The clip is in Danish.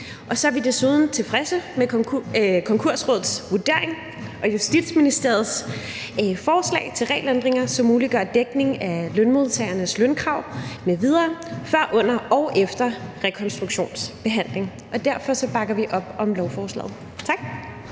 Og så er vi desuden tilfredse med Konkursrådets vurdering og Justitsministeriets forslag til regelændringer, som muliggør dækning af lønmodtagernes lønkrav m.v. før, under og efter rekonstruktionsbehandling. Derfor bakker vi op om lovforslaget. Tak.